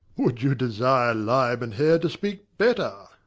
would you desire lime and hair to speak better?